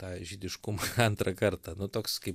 tą žydiškumą antrą kartą nu toks kaip